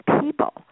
people